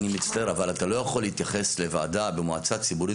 אני מצטער אבל אתה לא יכול להתייחס לוועדה במועצה ציבורית